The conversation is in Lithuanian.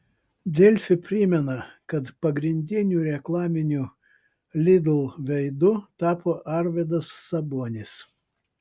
delfi primena kad pagrindiniu reklaminiu lidl veidu tapo arvydas sabonis